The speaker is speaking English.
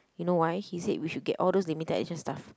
you know why he said we should get all those limited edition stuff